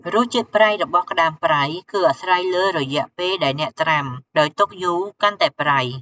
រសជាតិប្រៃរបស់ក្ដាមប្រៃ គឺអាស្រ័យលើរយៈពេលដែលអ្នកត្រាំ ដោយទុកយូរកាន់តែប្រៃ។